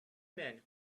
men